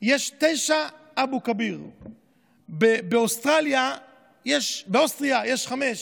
יש תשעה אבו כביר, באוסטריה יש חמישה,